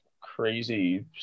crazy